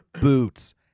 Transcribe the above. boots